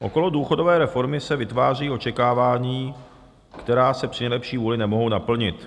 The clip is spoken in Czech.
Okolo důchodové reformy se vytváří očekávání, která se při nejlepší vůli nemohou naplnit.